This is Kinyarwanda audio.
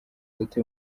data